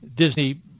Disney